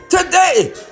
today